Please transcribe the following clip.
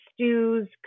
stews